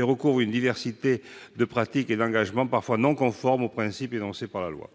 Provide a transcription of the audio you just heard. recouvrent une diversité de pratiques et d'engagements parfois non conformes aux principes énoncés par la loi.